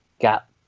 got